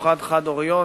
במיוחד חד-הוריות